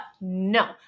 no